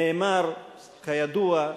נאמר, כידוע: